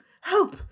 help